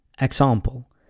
Example